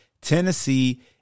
Tennessee